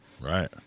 Right